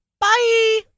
Bye